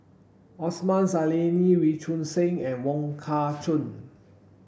Osman Zailani Wee Choon Seng and Wong Kah Chun